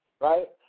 right